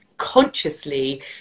consciously